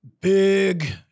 big